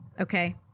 okay